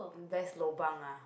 best lobang ah